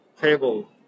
table